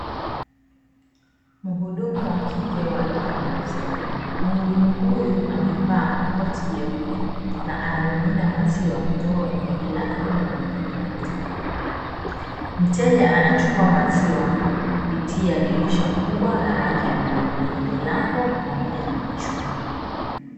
Mhudumu wakike wa duka la maziwa, mhudumu huyu amevaa koti jeupe na anamimina maziwa kutoka kwenye jagi lake kwenda kwenye jagi la mteja. Mteja anachukua maziwa kupitia dirisha kubwa la rangi ya bluu, lenye milango pamoja na machuma.